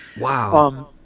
Wow